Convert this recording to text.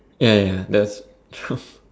ya ya ya that's